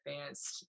advanced